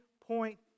point